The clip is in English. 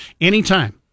anytime